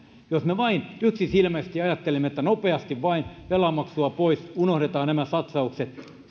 jos me vain yksisilmäisesti ajattelemme että nopeasti vain velanmaksua pois unohdetaan nämä satsaukset